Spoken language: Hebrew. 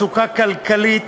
מצוקה כלכלית,